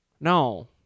no